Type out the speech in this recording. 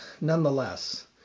Nonetheless